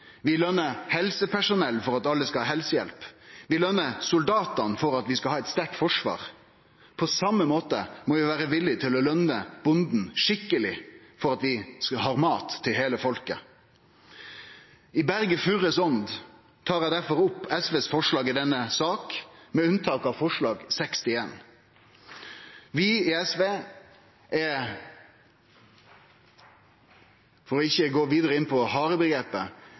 Vi løner helsepersonell for at alle skal ha helsehjelp. Vi løner soldatane for at vi skal ha eit sterkt forsvar. På same måten må vi vere villige til å løne bonden skikkeleg, for at vi skal ha mat til heile folket. I Berge Furres ånd tar eg difor opp SVs forslag i denne saka, med unntak av forslag nr. 61. Vi i SV – for ikkje å gå meir inn på